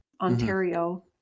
Ontario